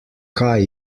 kaj